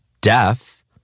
deaf